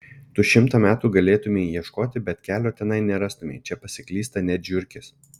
tu šimtą metų galėtumei ieškoti bet kelio tenai nerastumei čia pasiklysta net žiurkės